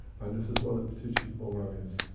and this is what the teaching program is.